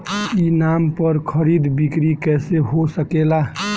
ई नाम पर खरीद बिक्री कैसे हो सकेला?